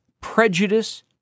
prejudice